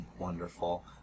wonderful